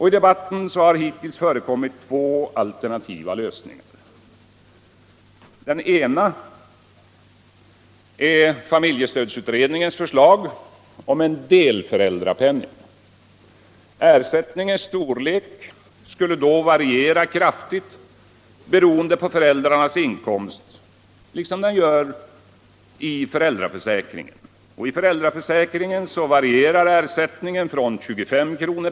I debatten har hittills förekommit två alternativa lösningar. Den ena är familjestödsutredningens förslag om en delföräldrapenning. Ersättningens storlek skulle då variera kraftigt beroende på föräldrarnas inkomst liksom den gör i föräldraförsäkringen, där ersättningen varierar från 25 kr.